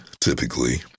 typically